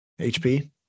HP